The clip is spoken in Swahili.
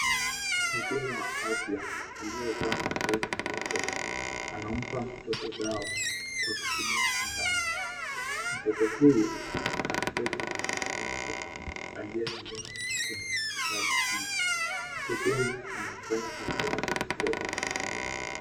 Muhudumu wa afya aliyevaa mavazi meupe anampa mtoto dawa kwa kutumia sindano. Mtoto huyu àmebebwa na mama yake aliyemleta huku hospitali. Muhudumu anaifanya kazi yake kwa umakinifu.